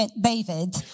David